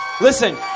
Listen